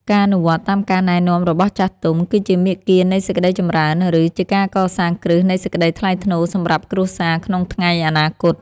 ការអនុវត្តតាមការណែនាំរបស់ចាស់ទុំគឺជាមាគ៌ានៃសេចក្តីចម្រើន ឬ ជាការកសាងគ្រឹះនៃសេចក្តីថ្លៃថ្នូរសម្រាប់គ្រួសារក្នុងថ្ងៃអនាគត។